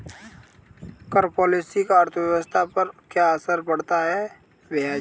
कर पॉलिसी का अर्थव्यवस्था पर क्या असर पड़ता है, भैयाजी?